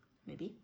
maybe